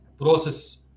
process